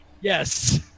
Yes